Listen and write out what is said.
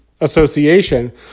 association